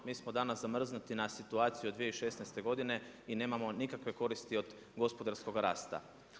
Mi smo danas zamrznuti na situaciju od 2016. godine i nemamo nikakve koristi od gospodarskog rasta.